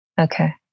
Okay